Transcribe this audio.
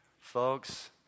Folks